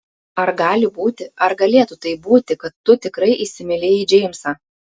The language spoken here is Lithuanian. ar gali būti ar galėtų taip būti kad tu tikrai įsimylėjai džeimsą